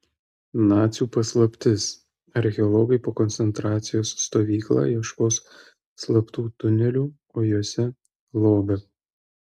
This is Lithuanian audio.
nacių paslaptis archeologai po koncentracijos stovykla ieškos slaptų tunelių o juose lobio